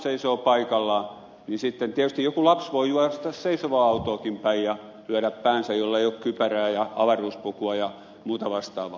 sitten tietysti joku lapsi voi juosta seisovaa autoakin päin ja lyödä päänsä jollei ole kypärää ja avaruuspukua ja muuta vastaavaa